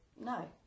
no